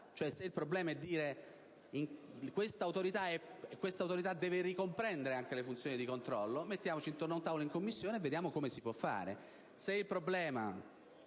per cui si dice che questa Autorità deve ricomprendere anche le funzioni di controllo, mettiamoci intorno ad un tavolo in Commissione e vediamo come si può fare.